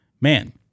man